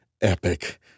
epic